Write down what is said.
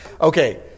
Okay